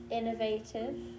innovative